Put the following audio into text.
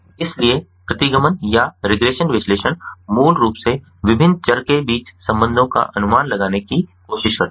इसलिए प्रतिगमन विश्लेषण मूल रूप से विभिन्न चर के बीच संबंधों का अनुमान लगाने की कोशिश करता है